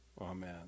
Amen